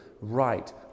right